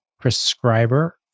prescriber